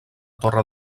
torre